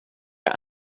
are